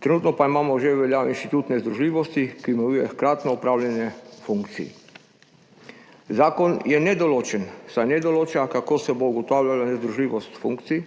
Trenutno pa imamo že v veljavi inštitut nezdružljivosti, ki omejuje hkratno opravljanje funkcij. Zakon je nedoločen, saj ne določa, kako se bo ugotavljala nezdružljivost funkcij,